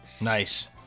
Nice